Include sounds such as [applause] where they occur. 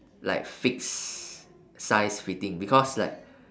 like fixed size fitting because like [breath]